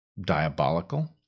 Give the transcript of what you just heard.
diabolical